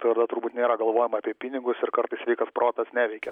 tai yra turbūt nėra galvojama apie pinigus ir kartais sveikas protas neveikia